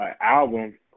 album